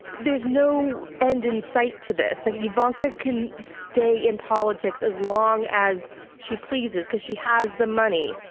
there's no end in sight to this. like ivanka can stay in politics as long as she pleases because she has the money,